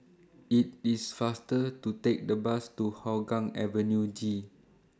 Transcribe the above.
IT IS faster to Take The Bus to Hougang Avenue G